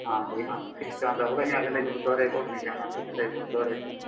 ਹਾਂਜੀ ਹਾਂ ਸ਼ਹੀਦਾਂ ਦਾ ਉਰਾਂ ਅਗਲੇ ਗੁਰਦੁਆਰੇ ਕੋਲ਼ ਨਹੀਂ ਜਾਣਾ ਪਿਛਲੇ ਗੁਰਦੁਆਰੇ ਤੋਂ